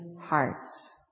hearts